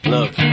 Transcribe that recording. Look